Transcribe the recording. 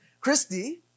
Christy